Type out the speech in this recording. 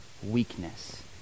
weakness